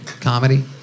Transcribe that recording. comedy